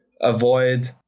avoid